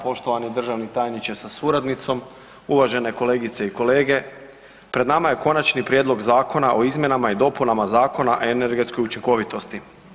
Poštovani državni tajniče sa suradnicom, uvažene kolegice i kolege, pred nama je Konačni prijedlog Zakona o izmjenama i dopunama Zakona o energetskoj učinkovitosti.